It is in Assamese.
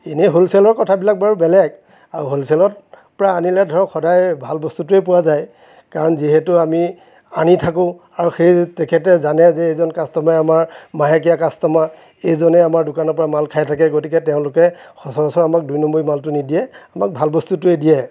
এনেই হলচেলৰ কথাবিলাক বাৰু বেলেগ আৰু হলচেলত পৰা আনিলে ধৰক সদায় ভাল বস্তুটোৱে পোৱা যায় কাৰণ যিহেতু আমি আনি থাকোঁ আৰু সেই তেখেতে জানে যে এইজন কাষ্টমাৰে আমাৰ মাহেকীয়া কাষ্টমাৰ এইজনে আমাৰ দোকানৰ পৰা মাল খাই থাকে গতিকে তেওঁলোকে সচৰাচৰ আমাক দুই নম্বৰী মালটো নিদিয়ে আমাক ভাল বস্তুটোৱে দিয়ে